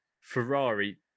Ferrari